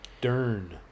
Dern